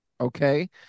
Okay